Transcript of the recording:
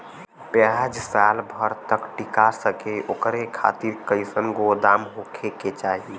प्याज साल भर तक टीका सके ओकरे खातीर कइसन गोदाम होके के चाही?